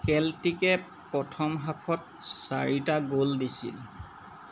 কেল্টিকে প্ৰথম হাফত চাৰিটা গ'ল দিছিল